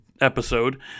episode